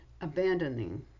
abandoning